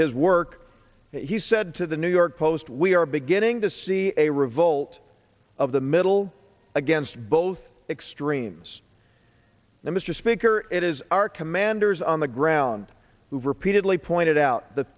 his work he said to the new york post we are beginning to see a revolt of the middle against both extremes that mr speaker it is our commanders on the ground who repeatedly pointed out the